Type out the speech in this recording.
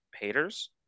haters